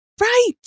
right